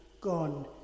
gone